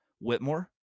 Whitmore